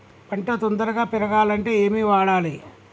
పంట తొందరగా పెరగాలంటే ఏమి వాడాలి?